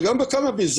וגם בקנאביס,